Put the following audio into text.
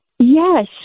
Yes